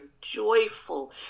joyful